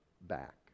back